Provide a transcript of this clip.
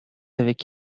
avec